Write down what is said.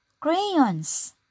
crayons